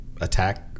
attack